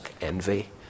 envy